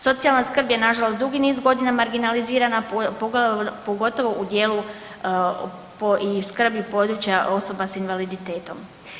Socijalna skrb je nažalost dugi niz godina marginalizirana, pogotovo u cijelu i skrbi područja osoba s invaliditetom.